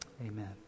Amen